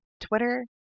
Twitter